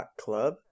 Club